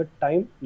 time